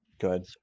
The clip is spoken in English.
good